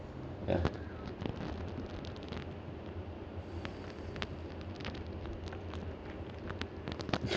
ya